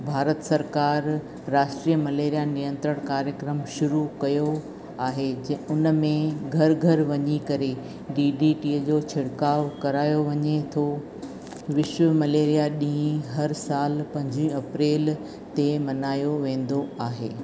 भारत सरकार राष्ट्रीय मलेरियन नियंत्रण कार्यक्रम शुरू कयो आहे जे उनमें घर घर वञी करे डी डी टीअ जो छिडकाव करायो वञे थो विश्व मलेरिया ॾींहुं हर साल पंजी अप्रैल ते मल्हायो वेंदो आहे